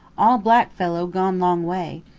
all black fellow gone long way.